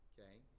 Okay